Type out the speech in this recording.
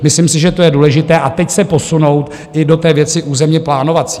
Myslím si, že to je důležité, a teď se posunout i do té věci územněplánovací.